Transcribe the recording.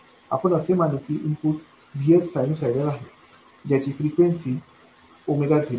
आपण असे मानू की इनपुट VS सायनुसॉइडल आहे ज्याची फ्रिक्वेन्सी 0आहे